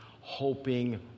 hoping